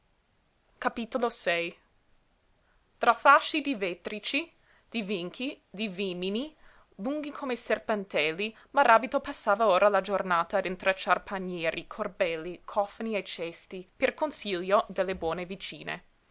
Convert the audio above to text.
tra fasci di vétrici di vinchi di vímini lunghi come serpentelli maràbito passava ora la giornata a intrecciar panieri corbelli cofani e cesti per consiglio delle buone vicine